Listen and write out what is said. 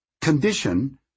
condition